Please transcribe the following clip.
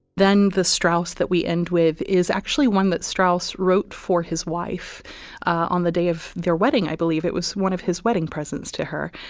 then the strauss that we end with is actually one that strauss wrote for his wife on the day of their wedding, i believe it was one of his wedding presence to her.